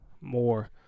more